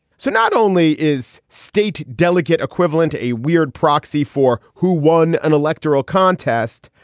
so not only is state delegate equivalent to a weird proxy for who won an electoral contest.